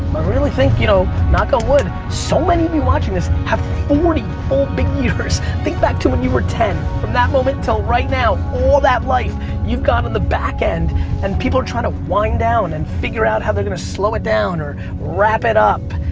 really think you know knock on wood so many of you watching this have forty full, big years. think back to when you were ten from that moment til right now all that life you've got on the backend and people are trying to wind down and figure out how they're going to slow it down or wrap it up.